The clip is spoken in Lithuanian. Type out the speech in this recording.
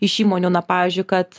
iš įmonių na pavyzdžiui kad